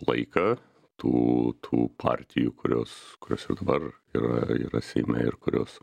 laiką tų tų partijų kurios kurios ir dabar yra yra seime ir kurios